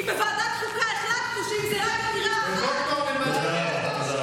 כי בוועדת חוקה החלטנו שאם זו רק אמירה אחת לא יוגש כתב אישום.